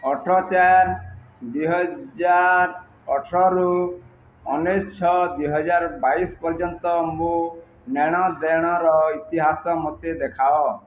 ଅଠର ଚାରି ଦୁଇହଜାର ଅଠର ରୁ ଉଣେଇଶି ଛଅ ଦୁଇହଜାର ବାଇଶି ପର୍ଯ୍ୟନ୍ତ ମୋ ନେଣ ଦେଣର ଇତିହାସ ମୋତେ ଦେଖାଅ